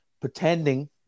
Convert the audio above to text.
pretending